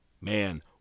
Man